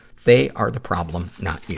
they are the problem, not